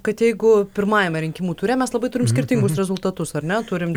kad jeigu pirmajame rinkimų ture mes labai turim skirtingus rezultatus ar ne turim